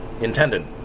intended